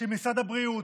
של משרד הבריאות,